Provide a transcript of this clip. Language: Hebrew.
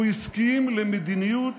הוא הסכים למדיניות